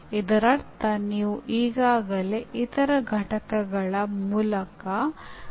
ಉತ್ತಮ ಕಲಿಕೆಗೆ ಕೆಲವು ಪುರಾವೆಗಳನ್ನು ನೀಡಿ ಪ್ರತಿ ಉದಾಹರಣೆಗೆ ಗರಿಷ್ಠ 500 ಪದಗಳನ್ನು ಬರೆಯಿರಿ